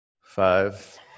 five